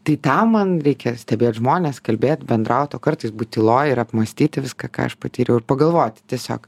tai tam man reikia stebėt žmones kalbėt bendraut o kartais būt tyloj ir apmąstyt viską ką aš patyriau ir pagalvoti tiesiog